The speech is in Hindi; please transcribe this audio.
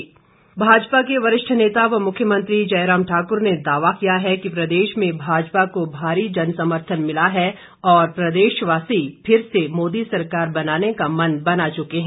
जयराम भाजपा के वरिष्ठ नेता व मुख्यमंत्री जयराम ठाक्र ने दावा किया है कि प्रदेश में भाजपा को भारी जन समर्थन मिला है और प्रदेशवासी फिर से मोदी सरकार बनाने का मन बना चुके हैं